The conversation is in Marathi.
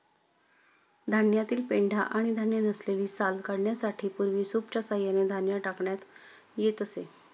धान्यातील पेंढा आणि धान्य नसलेली साल काढण्यासाठी पूर्वी सूपच्या सहाय्याने धान्य टाकण्यात येत असे